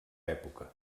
època